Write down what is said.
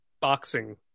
boxing